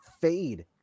fade